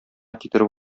китереп